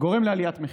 גורם לעליית מחיר.